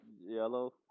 yellow